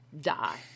die